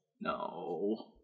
No